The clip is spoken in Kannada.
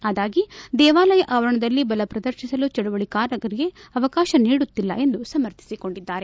ಆದಾಗಿ ದೇವಾಲಯ ಆವರಣದಲ್ಲಿ ಬಲ ಪ್ರದರ್ತಿಸಲು ಚಳುವಳಿಕಾರರಿಗೆ ಅವಕಾಶ ನೀಡುತ್ತಿಲ್ಲ ಎಂದು ಸಮರ್ಥಿಸಿಕೊಂಡಿದ್ದಾರೆ